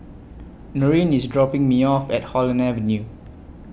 Norine IS dropping Me off At Holland Avenue